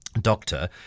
doctor